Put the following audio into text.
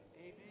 Amen